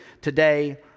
today